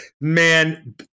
man